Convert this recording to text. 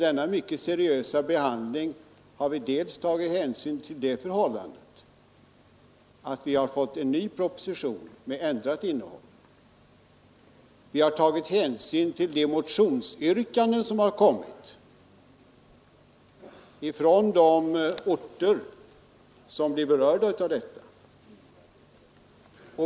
Dels har vi tagit hänsyn till att det kommit en ny proposition med ändrat innehåll, dels har vi tagit hänsyn till framförda motionsyrkanden från berörda orter.